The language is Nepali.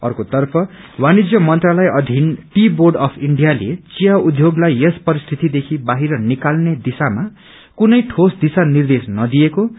अर्कोतर्फ वाणिज्य मन्त्रालय अधिन ती बोर्ड अफ इण्डियाले विया उद्योगलाई यस परिस्थितदेखि बाहिर निक्वल्ने दिशामा कुनै ठोस दिशा निर्देश दिइरहेको छैन